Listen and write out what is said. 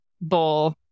bowl